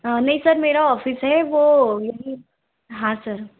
नहीं सर मेरा ऑफिस है वो यहीं हाँ सर